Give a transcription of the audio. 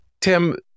Tim